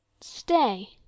Stay